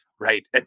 Right